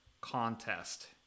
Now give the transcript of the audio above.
contest